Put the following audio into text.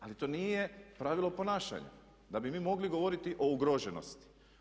Ali to nije pravilo ponašanja da bi mi mogli govoriti o ugroženosti.